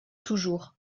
toujours